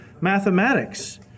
mathematics